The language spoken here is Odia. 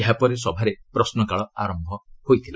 ଏହାପରେ ସଭାରେ ପ୍ରଶ୍ନକାଳ ଆରମ୍ଭ ହୋଇଥିଲା